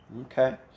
Okay